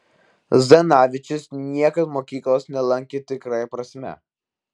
zdanavičius niekad mokyklos nelankė tikrąja prasme